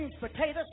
Potatoes